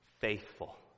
faithful